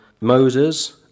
Moses